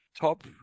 top